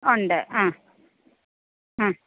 ഉണ്ട് ആ മ്മ്